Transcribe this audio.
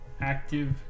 Active